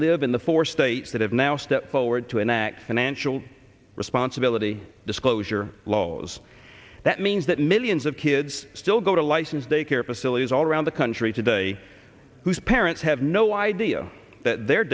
live in the four states that have now stepped forward to enact and anshul responsibility disclosure laws that means that millions of kids still go to license daycare facilities all around the country today whose parents have no idea that the